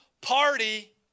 party